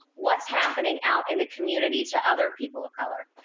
what's happening out in the community to other people of color?